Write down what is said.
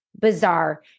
bizarre